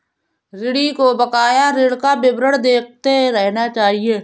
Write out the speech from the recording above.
ऋणी को बकाया ऋण का विवरण देखते रहना चहिये